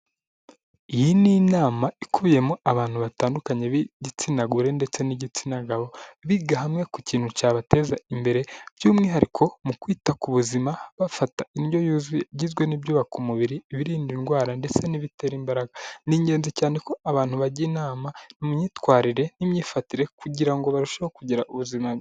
Iyi ni inama ikubiyemo abantu batandukanye b'igitsina gore ndetse n'igitsina gabo, biga hamwe ku kintu cyabateza imbere by'umwihariko mu kwita ku buzima bafata indyo yuzuye igizwe n'ibyubaka umubiri, ibirinda indwara ndetse n'ibitera imbaraga. Ni ingenzi cyane ko abantu bajya inama imyitwarire n'imyifatire kugira ngo barusheho kugira ubuzima.